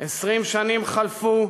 שנים חלפו,